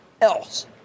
else